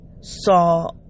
Saw